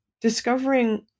discovering